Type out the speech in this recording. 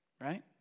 Right